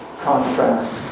contrast